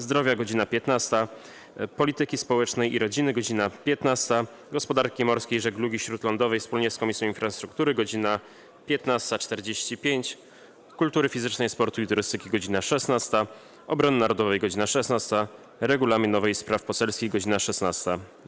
Zdrowia - godz. 15, - Polityki Społecznej i Rodziny - godz. 15, - Gospodarki Morskiej i Żeglugi Śródlądowej wspólnie z Komisją Infrastruktury - godz. 15.45, - Kultury Fizycznej, Sportu i Turystyki - godz. 16, - Obrony Narodowej - godz. 16, - Regulaminowej i Spraw Poselskich - godz. 16.